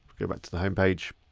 go back to the homepage.